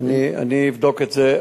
אני אבדוק את זה.